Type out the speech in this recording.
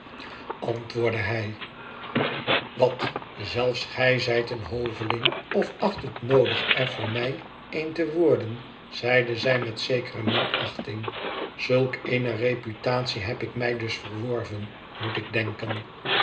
antwoordde hij wat zelfs gij zijt een hoveling of acht het noodig er voor mij een te worden zeide zij met zekere minachting zulk eene reputatie heb ik mij dus verworven moet ik denken